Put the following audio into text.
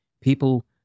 people